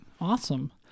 awesome